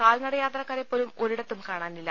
കാൽനടയാത്രക്കാരെപ്പോലും ഒരിടത്തും കാണാനില്ല